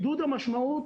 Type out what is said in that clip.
המשמעות